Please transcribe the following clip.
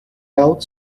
out